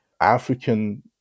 African